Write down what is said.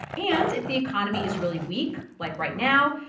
and if the economy is really weak, like right now,